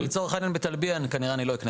לצורך העניין בלטביה אני כנראה לא אקנה